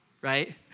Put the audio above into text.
right